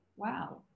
wow